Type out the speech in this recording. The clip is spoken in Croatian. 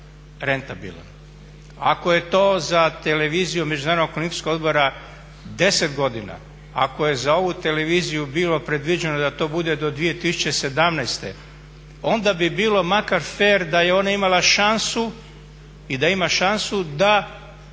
odbora 10 godina, ako je za ovu televiziju bilo predviđeno da to bude do 2017.onda bi bilo makar fer da je ona imala šansu i da ima šansu da